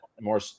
more